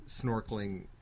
snorkeling